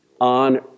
on